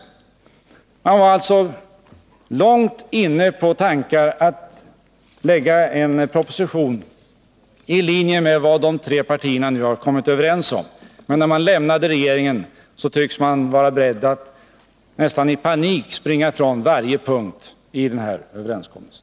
Moderata samlingspartiet var alltså långt inne på tanken att lägga fram en proposition i linje med vad de tre partierna nu har kommit överens om. Men när man lämnat regeringen tycks man vara beredd att nästan i panik springa ifrån varje punkt i överenskommelsen.